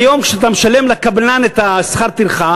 היום כשאתה משלם לקבלן את שכר הטרחה